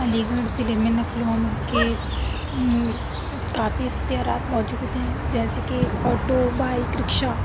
علی گڑھ ضلع میں نقل و حمل کے کافی اختیارات موجود ہیں جیسے کہ آٹو بائک رکشا